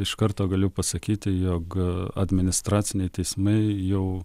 iš karto galiu pasakyti jog administraciniai teismai jau